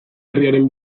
herriaren